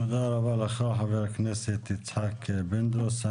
תודה רבה לך חבר הכנסת יצחק פינדרוס.